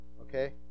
okay